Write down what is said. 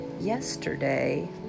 yesterday